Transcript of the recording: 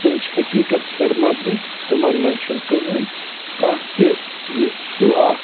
تٕم چھِ حقیٖقَتَس پٮ۪ٹھ مبنی تِمَن منٛز چھُ نہٕ کٕہٕنۍ کانٛہہ تہِ یُس سُہ اَکھ